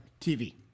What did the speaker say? TV